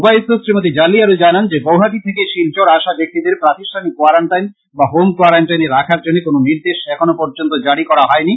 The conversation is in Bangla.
উপায়ুক্ত শ্রীমতি জাল্লি আরো জানান যে গৌহাটী থেকে শিলচর আসা ব্যাক্তিদের প্রাতিষ্ঠানিক কোয়ারেনটাইন বা হোম কোয়ারেনটাইনে রাখার জন্য কোন নির্দেশ এখনো পর্য্যন্ত জারী করা হয় নি